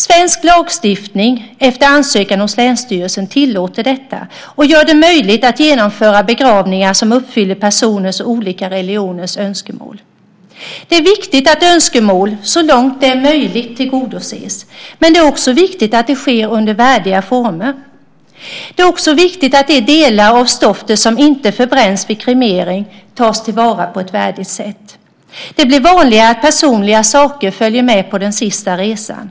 Svensk lagstiftning tillåter detta, efter ansökan hos länsstyrelsen, och gör det möjligt att genomföra begravningar som uppfyller personers och olika religioners önskemål. Det är viktigt att önskemål så långt det är möjligt tillgodoses, men det är viktigt att det sker under värdiga former. Det är också viktigt att de delar av stoftet som inte förbränns vid kremering tas till vara på ett värdigt sätt. Det blir vanligare att personliga saker följer med på den sista resan.